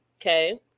okay